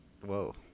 Whoa